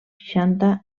seixanta